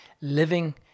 living